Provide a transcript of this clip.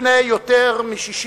לפני יותר מ-62